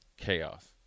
Chaos